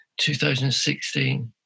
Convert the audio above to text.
2016